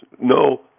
no